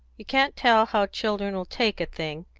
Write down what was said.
you can't tell how children will take a thing.